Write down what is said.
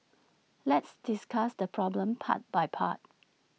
let's discuss the problem part by part